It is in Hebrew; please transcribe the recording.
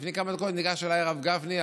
לפני כמה דקות ניגש אליי הרב גפני,